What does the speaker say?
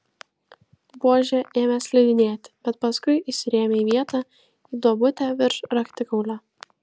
buožė ėmė slidinėti bet paskui įsirėmė į vietą į duobutę virš raktikaulio